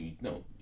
no